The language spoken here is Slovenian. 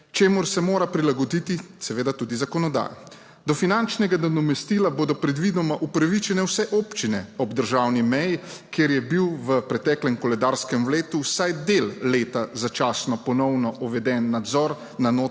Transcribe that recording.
čemur se mora prilagoditi seveda tudi zakonodaja. Do finančnega nadomestila bodo predvidoma upravičene vse občine ob državni meji, kjer je bil v preteklem koledarskem letu vsaj del leta začasno ponovno uveden nadzor na